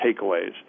takeaways